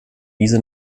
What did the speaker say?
diese